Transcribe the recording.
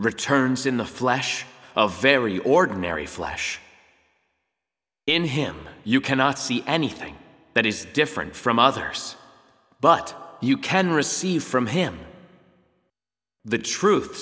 returns in the flesh of very ordinary flesh in him you cannot see anything that is different from others but you can receive from him the truth